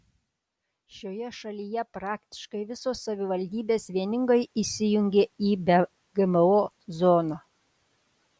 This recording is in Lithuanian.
šioje šalyje praktiškai visos savivaldybės vieningai įsijungė į be gmo zoną